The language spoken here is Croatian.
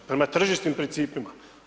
Prema tržišnim principima.